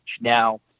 Now